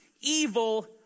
evil